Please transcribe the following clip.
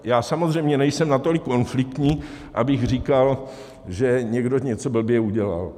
Já samozřejmě nejsem natolik konfliktní, abych říkal, že někdo něco blbě udělal.